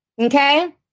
okay